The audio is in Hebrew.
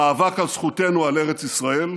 המאבק על זכותנו על ארץ ישראל,